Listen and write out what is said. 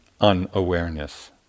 unawareness